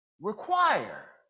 require